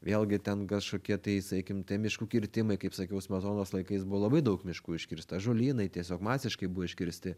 vėlgi ten kažkokie tai sakykim te miškų kirtimai kaip sakiau smetonos laikais buvo labai daug miškų iškirsta žolynai tiesiog masiškai buvo iškirsti